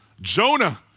Jonah